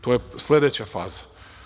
To je sledeća faza.